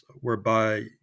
whereby